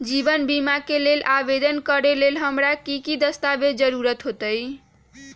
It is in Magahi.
जीवन बीमा के लेल आवेदन करे लेल हमरा की की दस्तावेज के जरूरत होतई?